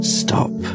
stop